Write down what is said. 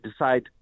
decide